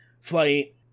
flight